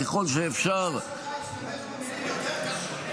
ככל שאפשר --- הסנדק שלך השתמש במילים יותר קשות.